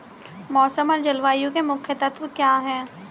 मौसम और जलवायु के मुख्य तत्व क्या हैं?